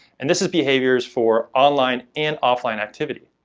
and this is behaviors for online and offline activity.